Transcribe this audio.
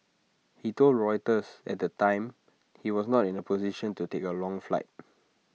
he told Reuters at the time he was not in A position to take A long flight